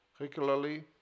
regularly